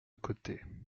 côté